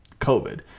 COVID